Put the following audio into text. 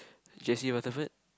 Jesse Rutherford